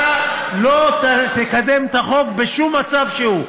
אתה לא תקדם את החוק בשום מצב שהוא.